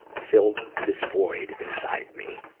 filled this void inside me.